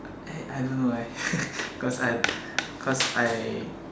eh I don't know why cause I cause I